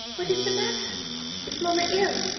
what is the matter is mamma ill?